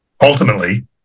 ultimately